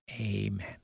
Amen